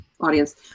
audience